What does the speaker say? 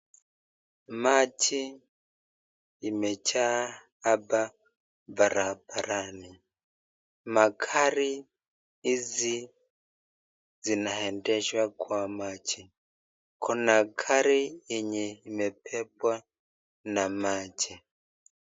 Maji imejaa hapa barabarani . Magari hizi zinaendeshwa kwa maji. Kuna gari yenye imebebwa na maji.